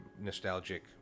nostalgic